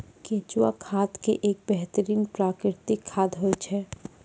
केंचुआ खाद एक बेहतरीन प्राकृतिक खाद होय छै